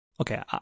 okay